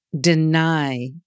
deny